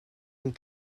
une